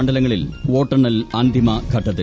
മണ്ഡലങ്ങളിൽ വോട്ടെണ്ണൽ അന്തിമഘട്ടത്തിൽ